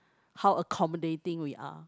how accommodating we are